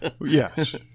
Yes